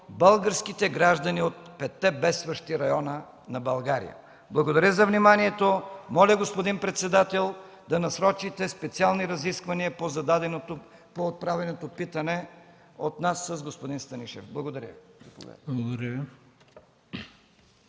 българските граждани от 5-те бедстващи района на България. Благодаря за вниманието. Моля, господин председател, да насрочите специални разисквания по отправеното питане от нас с господин Станишев. Благодаря.